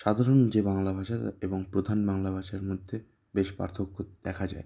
সাধারণ যে বাংলা ভাষা এবং প্রধান বাংলা ভাষার মধ্যে বেশ পার্থক্য দেখা যায়